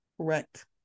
Correct